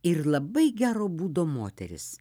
ir labai gero būdo moteris